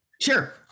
sure